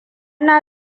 na